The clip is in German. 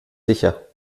sicher